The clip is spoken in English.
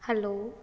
hello